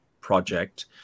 project